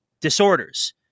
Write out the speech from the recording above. disorders